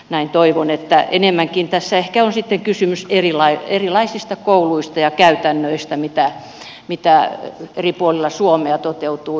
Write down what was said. näin toivon ja enemmänkin tässä on ehkä sitten kysymys erilaisista kouluista ja käytännöistä mitä eri puolilla suomea toteutuu